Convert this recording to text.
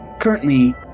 currently